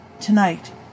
Tonight